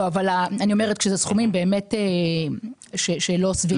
לה סכומים שהם באמת לא סבירים.